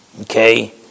Okay